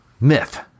myth